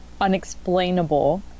unexplainable